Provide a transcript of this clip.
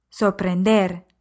Sorprender